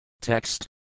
Text